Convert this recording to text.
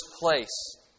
place